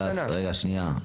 רגע, שנייה.